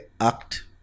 act